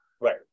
Right